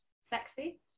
Sexy